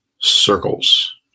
circles